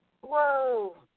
Whoa